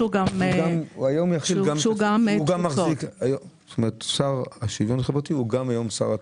היום השר לשוויון חברתי הוא גם שר התפוצות.